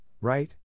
right